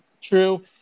True